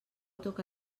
toca